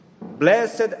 Blessed